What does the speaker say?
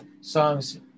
songs